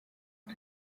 aba